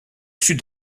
sud